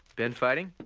been fighting?